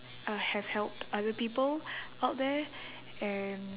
uh have helped other people out there and